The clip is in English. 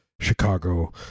Chicago